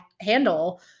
handle